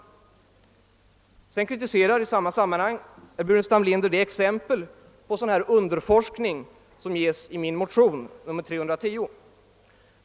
I samma sammanhang kritiserade herr Burenstam Linder de exempel på underforskning som ges i min motion II: 310.